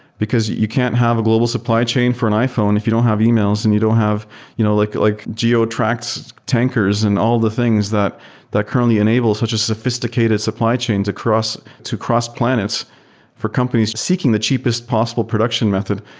because you can't have a global supply chain for an iphone if you don't have emails and you don't have you know like like geo-track so tankers and all the things that that currently enables, which is a sophisticated supply chain to cross to cross planets for companies seeking the cheapest possible production method.